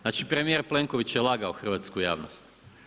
Znači premijer Plenković je lagao hrvatsku javnost.